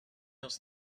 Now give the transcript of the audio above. else